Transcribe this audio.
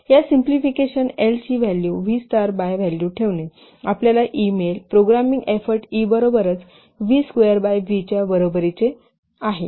या simplification L ची value V star by value ठेवणे आपल्याला ई मिळेल प्रोग्रामिंग एफोर्ट ई बरोबरच व्ही स्कयेर बाय व्ही च्या बरोबरीने आहे